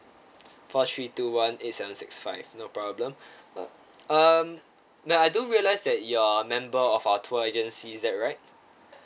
four three two one eight seven six five no problem uh um uh I do realise that you're a member of our tour agency is that right